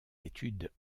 études